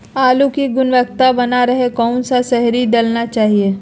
आलू की गुनबता बना रहे रहे कौन सा शहरी दलना चाये?